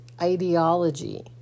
ideology